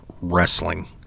wrestling